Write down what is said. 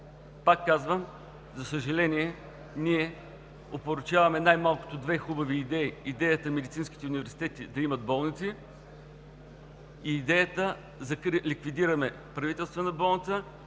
Пак казвам, за съжаление, ние опорочаваме най-малкото две хубави идеи – идеята медицинските ни университети да имат болници и идеята да ликвидираме Правителствена болница.